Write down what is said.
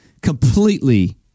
completely